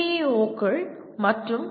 ஓக்கள் மற்றும் பி